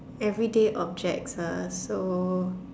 everyday object ah so